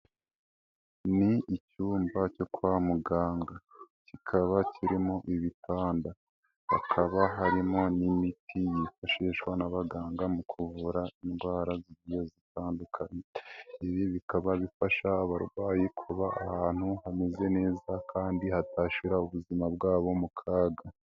Ni icyumba cyo kwa muganga kikaba kirimo ibitanda hakaba harimo n'imiti yifashishwa n'abaganga mu kuvura indwara zigiye zitandukanye, ibi bikaba bifasha abarwayi kuba ahantu hameze neza kandi hatashira ubuzima bwabo mu kaga.